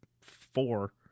four